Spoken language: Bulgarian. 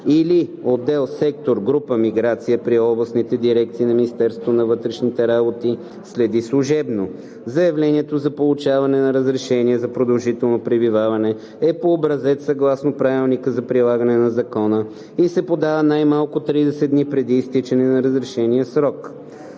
или отдел/сектор/група „Миграция“ при областните дирекции на Министерството на вътрешните работи следи служебно. Заявлението за получаване на разрешение за продължително пребиваване е по образец съгласно правилника за прилагане на закона, и се подава най-малко 30 дни преди изтичане на разрешения срок